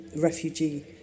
refugee